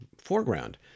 foreground